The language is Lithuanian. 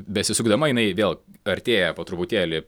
besisukdama jinai vėl artėja po truputėlį